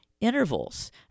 intervals